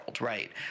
right